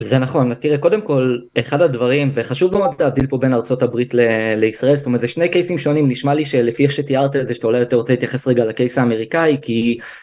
זה נכון תראה קודם כל אחד הדברים וחשוב מאוד להבדיל פה בין ארצות הברית לישראל את אומרת זה שני קייסים שונים נשמע לי שלפי איך שתיארת את זה שאתה אולי אתה רוצה להתייחס רגע לקייס האמריקאי כי.